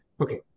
okay